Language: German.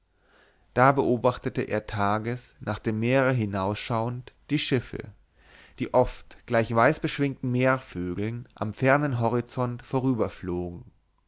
da beobachtete er tages nach dem meer hinausschauend die schiffe die oft gleich weißbeschwingten meervögeln am fernen horizont vorüberflogen